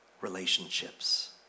relationships